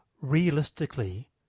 realistically